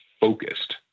focused